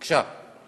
בבקשה.